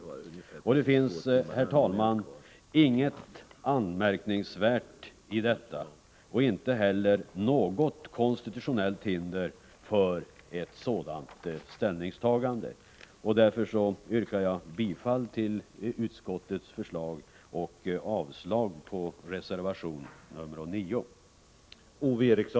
Det finns, herr talman, ingenting särskilt anmärkningsvärt i detta, och det föreligger inte heller något konstitutionellt hinder för ett sådant ställningstagande. Därför yrkar jag bifall till utskottets förslag och avslag på reservation 9.